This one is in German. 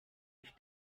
ich